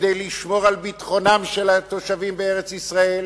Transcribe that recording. כדי לשמור על ביטחונם של התושבים בארץ-ישראל,